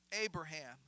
Abraham